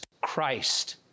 Christ